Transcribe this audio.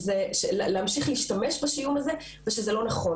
להמשיך להשתמש בשיוך הזה ושזה לא נכון,